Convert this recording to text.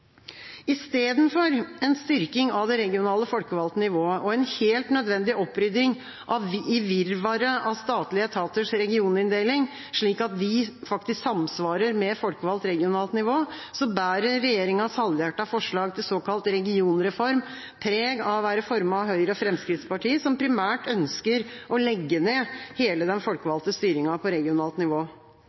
Istedenfor en styrking av det regionale folkevalgte nivået og en helt nødvendig opprydding i virvaret av statlige etaters regioninndeling, slik at de faktisk samsvarer med folkevalgt regionalt nivå, bærer regjeringas halvhjertede forslag til en såkalt regionreform preg av å være formet av Høyre og Fremskrittspartiet, som primært ønsker å legge ned hele den folkevalgte styringen på regionalt nivå.